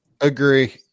Agree